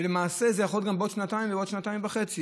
ולמעשה זה יכול להיות גם בעוד שנתיים ובעוד שנתיים וחצי,